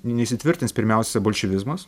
neįsitvirtins pirmiausia bolševizmas